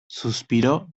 suspiró